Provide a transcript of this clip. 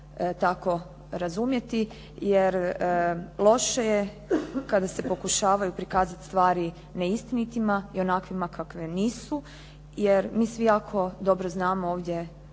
tako razumijeti. Jer loše je kada se pokušavaju pokazati stvari neistinitima i onakve kakve nisu, jer mi svi jako dobro znamo ovdje